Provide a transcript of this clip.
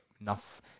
enough